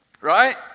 Right